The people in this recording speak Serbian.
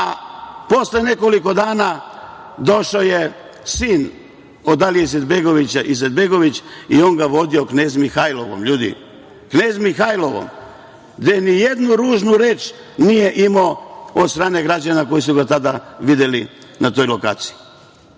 A, posle nekoliko dana došao je sin od Alije Izetbegovića, Izetbegović i on ga vodio Knez Mihailovom, ljudi, Knez Mihailovom, gde ni jednu ružnu reč nije imao od strane građana koji su ga tada videli na toj lokaciji. Srbija